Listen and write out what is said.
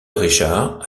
richard